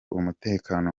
umutekano